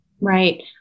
Right